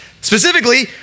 Specifically